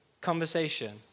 conversation